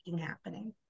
happening